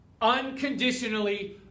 unconditionally